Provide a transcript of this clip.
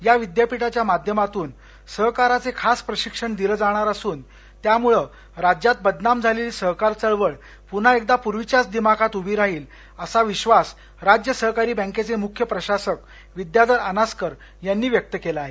या विद्यापीठाच्या माध्यमातून सहकाराचे खास प्रशिक्षण दिलं जाणार असून त्यामुळं राज्यात बदनाम झालेली सहकार चळवळ पुन्हा एकदा पूर्वीच्याच दिमाखात उभी राहील असा विधास राज्य सहकारी बँकेचे मुख्य प्रशासक विद्याधर अनास्कर यांनी व्यक्त केला आहे